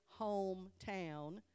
hometown